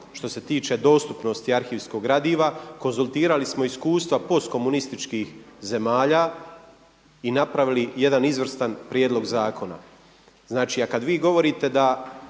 što se tiče dostupnosti arhivskog gradiva. Konzultirali smo iskustva postkomunističkih zemalja i napravili jedan izvrstan prijedlog zakona. Znači a kad vi govorite da